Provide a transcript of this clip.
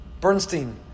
Bernstein